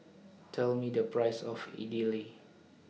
Tell Me The Price of Idili